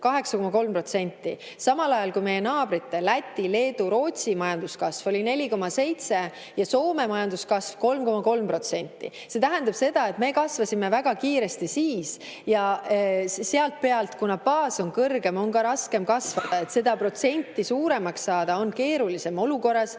8,3%, samal ajal kui meie naabrite Läti, Leedu ja Rootsi majanduskasv oli 4,7% ja Soome majanduskasv 3,3%. See tähendab seda, et me kasvasime siis väga kiiresti ja sealt pealt, kuna baas on kõrgem, on raskem kasvada. Seda protsenti suuremaks saada on keerulisem olukorras,